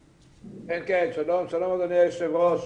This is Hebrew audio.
שלום אדוני היושב ראש.